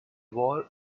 war